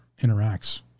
interacts